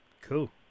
Cool